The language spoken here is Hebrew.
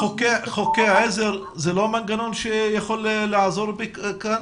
חוקי העזר, זה לא מנגנון שיכול לעזור כאן?